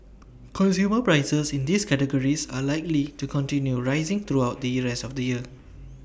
consumer prices in these categories are likely to continue rising throughout the IT rest of the year